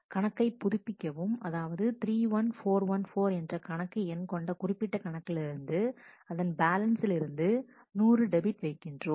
கணக்கை புதுப்பிக்கவும் அதாவது 31414 என்ற கணக்கு எண் கொண்ட குறிப்பிட்ட கணக்கிலிருந்து அதன் பேலன்ஸில் இருந்து 100 டெபிட் வைக்கின்றோம்